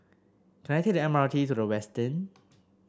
can I take the M R T to The Westin